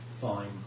Fine